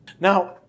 Now